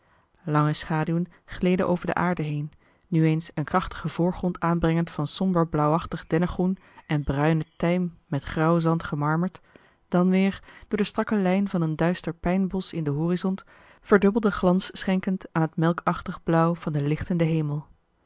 lange schaduwen gleden over de aarde heen nu eens een krachtigen voorgrond aanbrengend van somber blauwachtig dennegroen en bruinen tijm met grauw zand gemarmerd dan weer door de strakke lijn van een duister pijnbosch in den horizont verdubbelden glans schenkend aan het melkachtig blauw van den lichtenden hemel